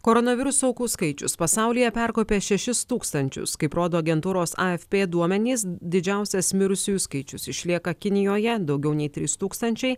koronaviruso aukų skaičius pasaulyje perkopė šešis tūkstančius kaip rodo agentūros afp duomenys didžiausias mirusiųjų skaičius išlieka kinijoje daugiau nei trys tūkstančiai